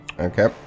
Okay